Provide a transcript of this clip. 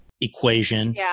equation